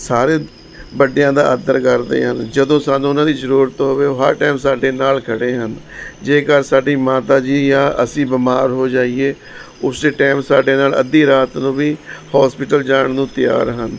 ਸਾਰੇ ਵੱਡਿਆਂ ਦਾ ਆਦਰ ਕਰਦੇ ਹਨ ਜਦੋਂ ਸਾਨੂੰ ਉਹਨਾਂ ਦੀ ਜ਼ਰੂਰਤ ਹੋਵੇ ਉਹ ਹਰ ਟਾਈਮ ਸਾਡੇ ਨਾਲ ਖੜ੍ਹੇ ਹਨ ਜੇਕਰ ਸਾਡੀ ਮਾਤਾ ਜੀ ਜਾਂ ਅਸੀਂ ਬਿਮਾਰ ਹੋ ਜਾਈਏ ਉਸੇ ਟਾਈਮ ਸਾਡੇ ਨਾਲ ਅੱਧੀ ਰਾਤ ਨੂੰ ਵੀ ਹੋਸਪਿਟਲ ਜਾਣ ਨੂੰ ਤਿਆਰ ਹਨ